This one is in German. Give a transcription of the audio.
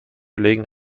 legen